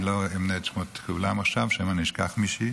אני לא אמנה את שמות כולם עכשיו שמא אני אשכח מישהי